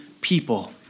people